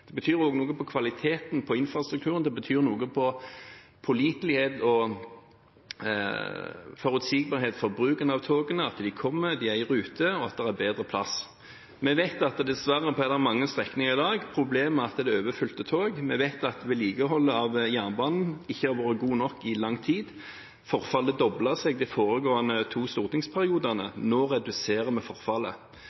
Det betyr også noe med kvaliteten på infrastrukturen, det betyr noe med pålitelighet og forutsigbarhet for bruken av togene – at de kommer, at de er i rute, og at det er bedre plass. Vi vet at det dessverre på mange strekninger i dag er problemer med overfylte tog. Vi vet at vedlikeholdet av jernbanen i lang tid ikke har vært godt nok – forfallet doblet seg de foregående to stortingsperiodene.